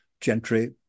gentry